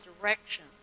direction